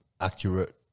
accurate